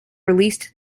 released